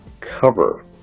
cover